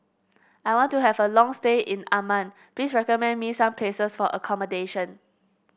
I want to have a long stay in Amman please recommend me some places for accommodation